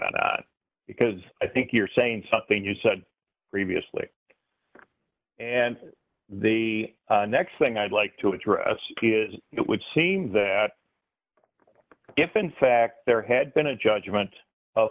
that because i think you're saying something you said previously and the next thing i'd like to address is it would seem that if in fact there had been a judgment o